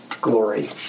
glory